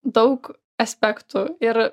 daug aspektų ir